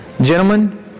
Gentlemen